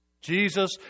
Jesus